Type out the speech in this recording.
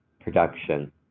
production